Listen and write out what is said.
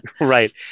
Right